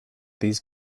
these